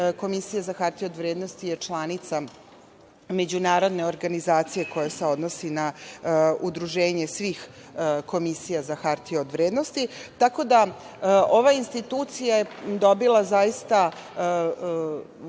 Komisija za hartije od vrednosti je članica međunarodne organizacije koja se odnosi na udruženje komisija za hartije od vrednosti. Ova institucija je dobila na